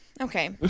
okay